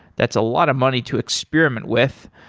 that's a lot of money to experiment with.